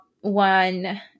one